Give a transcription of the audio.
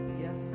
yes